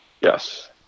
Yes